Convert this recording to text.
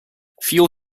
fuel